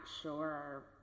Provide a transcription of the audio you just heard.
sure